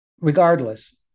regardless